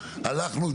הלכנו,